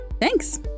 Thanks